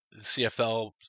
CFL